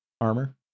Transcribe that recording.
armor